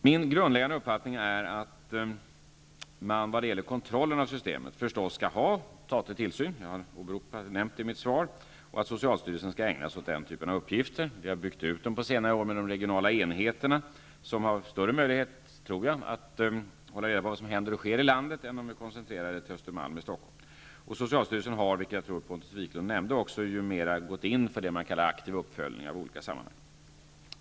Min grundläggande uppfattning är att man naturligtvis skall ha statlig tillsyn när det gäller kontrollen av systemet. Jag har nämnt det i mitt svar. Socialstyrelsen skall ägna sig åt den typen av uppgifter. Vi har byggt ut den på senare år med de regionala enheterna. Dessa har nog större möjlighet att hålla reda på vad som händer och sker i landet än om vi koncentrerar det till Östermalm i Stockholm. Socialstyrelsen har ju mer gått in för det man kallar aktiv uppföljning i olika sammanhang. Jag tror Pontus Wiklund nämnde det också.